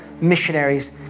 missionaries